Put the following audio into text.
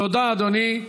תודה, אדוני.